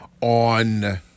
on